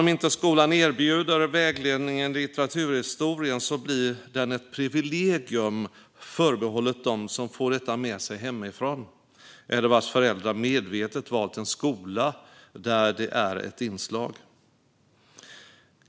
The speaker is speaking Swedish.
Om inte skolan erbjuder vägledning in i litteraturhistorien blir den ett privilegium förbehållet dem som får detta med sig hemifrån eller vars föräldrar medvetet valt en skola där det är ett inslag.